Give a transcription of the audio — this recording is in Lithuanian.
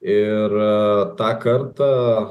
ir tą kartą